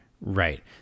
Right